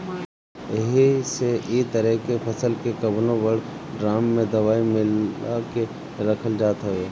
एही से इ तरह के फसल के कवनो बड़ ड्राम में दवाई मिला के रखल जात हवे